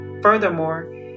Furthermore